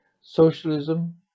socialism